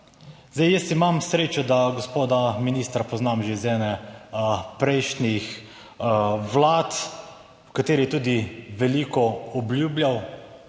Zdaj, jaz imam srečo, da gospoda ministra poznam že iz ene prejšnjih vlad, v kateri je tudi veliko obljubljal,